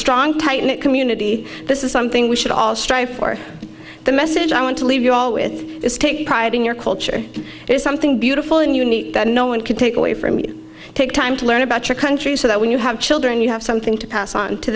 strong tight knit community this is something we should all strive for the message i want to leave you all with is take pride in your culture is something beautiful and unique that no one could take away from you take time to learn about your country so that when you have children you have something to pass on to